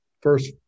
first